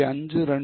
0